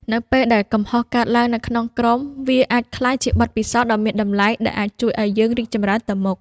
នៅពេលដែលកំហុសកើតឡើងនៅក្នុងក្រុម វាអាចក្លាយជាបទពិសោធន៍ដ៏មានតម្លៃដែលអាចជួយឲ្យយើងរីកចម្រើនទៅមុខ។